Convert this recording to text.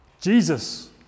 Jesus